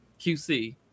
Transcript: QC